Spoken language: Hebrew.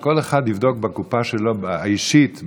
שכל אחד יבדוק בקופה שלו האישית,